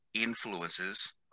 influences